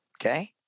Okay